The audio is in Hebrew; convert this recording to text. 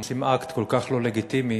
עושים אקט כל כך לא לגיטימי,